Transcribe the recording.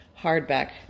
hardback